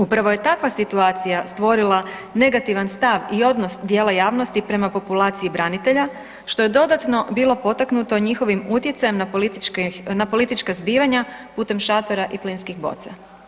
Upravo je takva situacija stvorila negativan stav i odnos dijela javnosti prema populaciji branitelja, što je dodatno bilo potaknuto njihovim utjecajem na politička zbivanja putem šatora i plinskih boca.